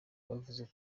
bavuze